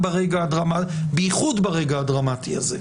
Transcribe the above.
בייחוד ברגע הדרמטי הזה.